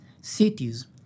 cities